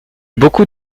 beaucoup